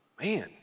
man